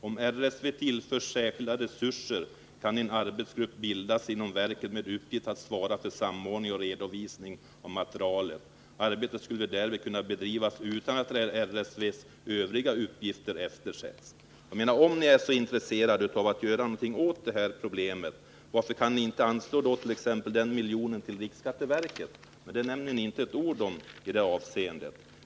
Om RSV tillförs särskilda resurser kan en arbetsgrupp bildas inom verket med uppgift att svara för samordning och redovisning av materialet. Arbetet skulle därvid kunna bedrivas utan att RSV:s övriga uppgifter eftersätts.” Om ni är så intresserade av att göra något åt det här problemet, varför kan ni då t.ex. inte anslå den miljonen till riksskatteverket? Det nämns inte ett ord i det avseendet.